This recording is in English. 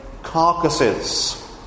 carcasses